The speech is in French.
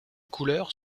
couleurs